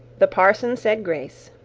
the parson said grace,